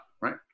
right